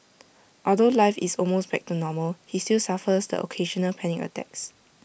although life is almost back to normal he still suffers the occasional panic attacks